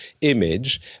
image